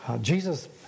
Jesus